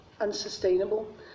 Unsustainable